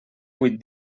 vuit